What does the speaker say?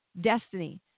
destiny